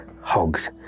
hogs